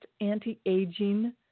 anti-aging